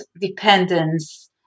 dependence